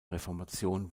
reformation